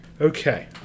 Okay